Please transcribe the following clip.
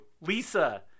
Lisa